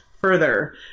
further